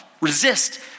Resist